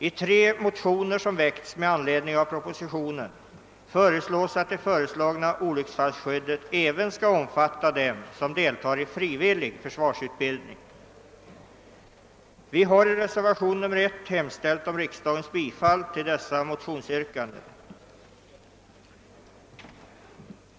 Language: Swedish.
I tre motioner som väckts med anledning av propositionen föreslås att det föreslagna olycksfallsskyddet även skall omfatta dem som deltar i frivillig försvarsutbildning. Vi har i reservationen 1 hemställt om bifall till dessa motionsyrkanden.